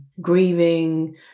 grieving